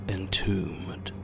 Entombed